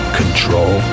control